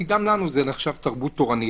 כי גם לנו זה נחשב תרבות תורנית.